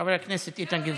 חבר הכנסת איתן גינזבורג.